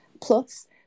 Plus